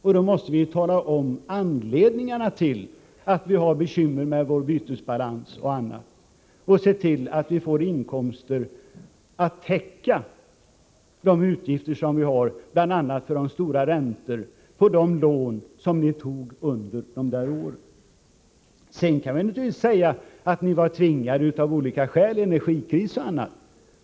Men vi måste tala om anledningarna till att vi har bekymmer med vår bytesbalans och annat och se till att vi får inkomster att täcka de utgifter som vi har, bl.a. de stora räntekostnaderna på de lån som ni tog under de sex borgerliga åren. Ni kan naturligtvis säga att ni var tvungna av olika skäl, energikris o. d.